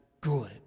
good